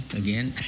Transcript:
again